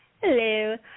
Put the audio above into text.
Hello